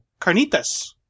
carnitas